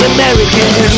American